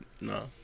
No